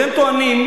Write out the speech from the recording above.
אתם טוענים,